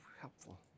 helpful